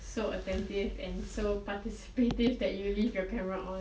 so attentive and so participative that you leave your camera on